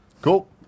Cool